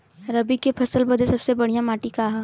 रबी क फसल बदे सबसे बढ़िया माटी का ह?